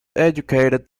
educated